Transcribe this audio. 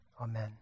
amen